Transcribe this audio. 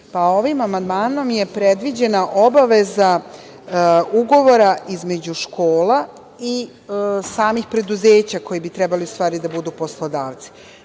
ovim amandmanom je predviđena obaveza ugovora između škola i samih preduzeća koji bi trebali da budu poslodavci.